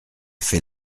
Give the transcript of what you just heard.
fait